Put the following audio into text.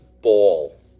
ball